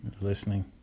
Listening